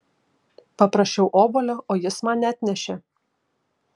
paprašiau obuolio o jis man neatnešė